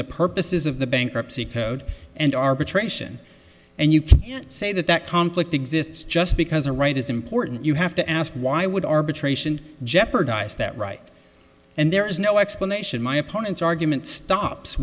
the purposes of the bankruptcy code and arbitration and you say that that conflict exists just because a right is important you have to ask why would arbitration jeopardize that right and there is no explanation my opponent's argument stops